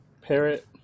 Parrot